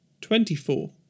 twenty-four